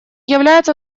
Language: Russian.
является